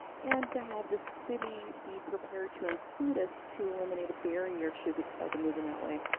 and to have the city be prepared to include us to eliminate a barrier, should we decide to move in that way.